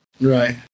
right